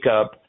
up